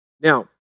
Now